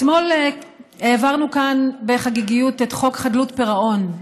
אתמול העברנו כאן בחגיגיות את חוק חדלות פירעון,